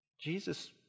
Jesus